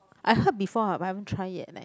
I heard before but I haven't try yet leh